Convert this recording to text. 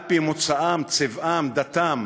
על-פי מוצאם, צבעם, דתם